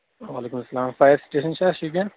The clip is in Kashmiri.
وعلیکُم اَسلام فایر سِٹیشن چھا اَسہِ ییٚتین